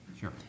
Sure